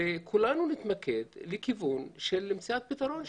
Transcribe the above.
וכולנו נתמקד לכיוון מציאת פתרון שם.